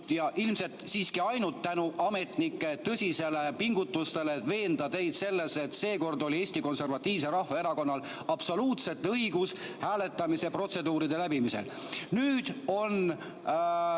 ja ilmselt siiski ainult tänu ametnike tõsisele pingutusele [on õnnestunud] veenda teid selles, et seekord oli Eesti Konservatiivsel Rahvaerakonnal absoluutselt õigus hääletamise protseduuride läbimisel. Nüüd on